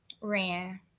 Ran